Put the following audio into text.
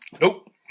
nope